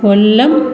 കൊല്ലം